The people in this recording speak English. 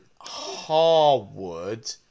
Harwood